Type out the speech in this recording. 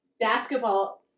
basketball